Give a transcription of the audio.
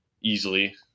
Easily